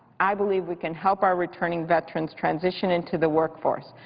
i believe we can help our returning veterans transition into the work force,